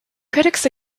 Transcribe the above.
critics